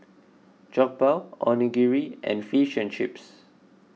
Jokbal Onigiri and Fish and Chips